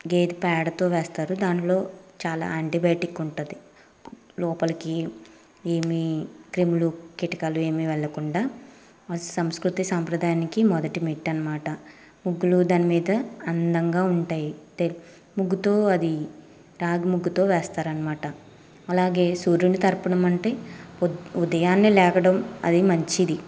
గేద పేడతో వేస్తారు దాంట్లో చాలా ఆంటీబయాటిక్ ఉంటుంది లోపలికి ఏమి క్రీములు కీటకాలు ఏమీ వెళ్ళకుండా సంస్కృతి సాంప్రదాయానికి మొదటి మెట్టు అనమాట ముగ్గులు దానిమీద అందంగా ఉంటాయి తే ముగ్గుతో అది రాగి ముగ్గుతో వేస్తారనమాట అలాగే సూర్యుని తర్పణంమంటే ఉదయాన్నే లేవడం అది మంచిది